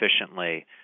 efficiently